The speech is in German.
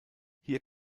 hier